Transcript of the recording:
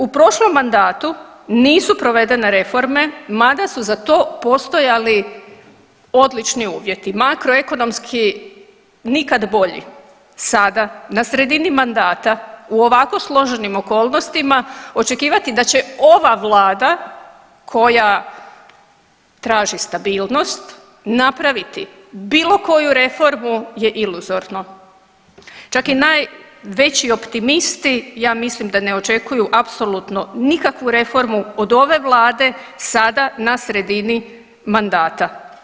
U prošlom mandatu nisu provedene reforme mada su za to postojali odlični uvjeti, makroekonomski nikad bolji, sada na sredini mandata u ovako složenim okolnostima očekivati da će ova vlada koja traži stabilnost napraviti bilo koju reformu je iluzorno, čak i najveći optimisti ja mislim da ne očekuju apsolutno nikakvu reformu od ove vlade sada na sredini mandata.